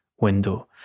window